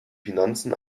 finanzen